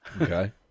Okay